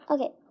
Okay